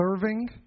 serving